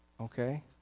Okay